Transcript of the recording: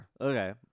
Okay